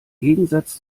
gegensatz